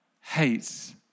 hates